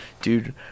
dude